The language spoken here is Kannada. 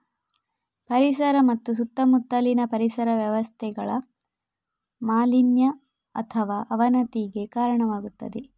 ಪರಿಸರ ಮತ್ತು ಸುತ್ತಮುತ್ತಲಿನ ಪರಿಸರ ವ್ಯವಸ್ಥೆಗಳ ಮಾಲಿನ್ಯ ಅಥವಾ ಅವನತಿಗೆ ಕಾರಣವಾಗುತ್ತದೆ